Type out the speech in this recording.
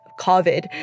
COVID